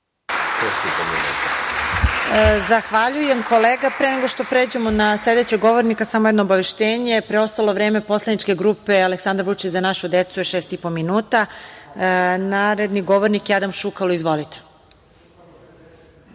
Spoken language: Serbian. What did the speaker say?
Zahvaljujem. Pre nego što pređemo na sledeće govornika samo jedno obaveštenje. Preostalo vreme Poslaničke grupe Aleksandar Vučić – za našu decu je šest i po minuta. Naredni govornik je Adam Šukalo. Izvolite.